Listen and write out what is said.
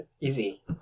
Easy